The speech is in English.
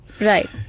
Right